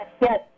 Yes